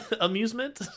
amusement